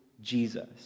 Jesus